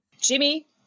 Jimmy